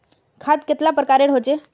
खाद कतेला प्रकारेर होचे?